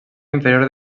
inferior